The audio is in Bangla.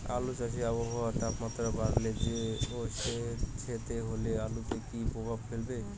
আলু চাষে আবহাওয়ার তাপমাত্রা বাড়লে ও সেতসেতে হলে আলুতে কী প্রভাব ফেলবে?